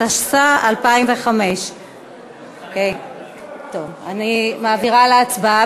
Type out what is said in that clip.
התשס"ה 2005. אני מעבירה להצבעה,